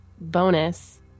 bonus